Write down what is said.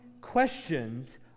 questions